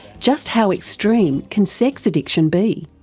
just how extreme can sex addiction be?